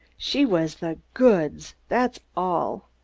she was the goods, that's all.